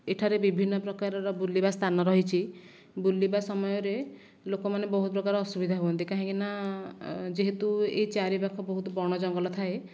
ଏଠାରେ ବିଭିନ୍ନ ପ୍ରକାରର ବୁଲିବା ସ୍ଥାନ ରହିଛି ବୁଲିବା ସମୟରେ ଲୋକ ମାନେ ବହୁତ ପ୍ରକାର ଅସୁବିଧା ହୁଅନ୍ତି କାହିଁକି ନା ଯେହେତୁ ଏ ଚାରିପାଖ ବହୁତ ବଣ ଜଙ୍ଗଲ ଥାଏ